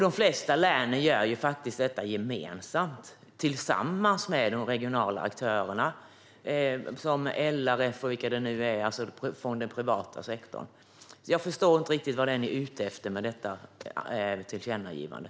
De flesta län gör faktiskt detta gemensamt, tillsammans med de regionala aktörerna - LRF och så vidare - från den privata sektorn. Jag förstår inte riktigt vad ni är ute efter med detta tillkännagivande.